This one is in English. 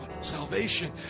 salvation